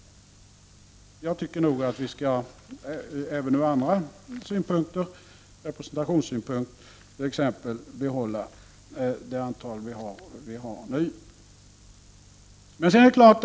Jag tycker nog att vi även ur andra synpunkter — t.ex. ur representationssynpunkt — skall behålla det antal ledamöter som vi nu har.